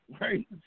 right